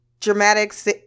dramatics